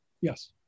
Yes